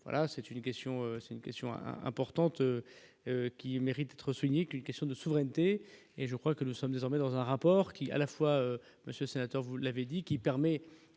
question, c'est une question à importante qui mérite d'être souligné qu'une question de souveraineté et je crois que nous sommes désormais dans un rapport qui, à la fois monsieur sénateur, vous l'avez dit, qui permet